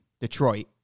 Detroit